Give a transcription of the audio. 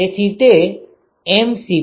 તેથી તે m